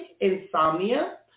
insomnia